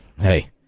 hey